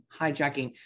hijacking